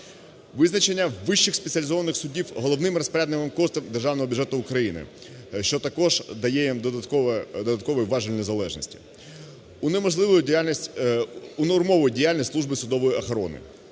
визначення Вищих спеціалізованих судів головним розпорядником коштів Державного бюджету України, що також дає їм додатковий важіль незалежності. Унормовує діяльність Служби судової охорони.